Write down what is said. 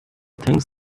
things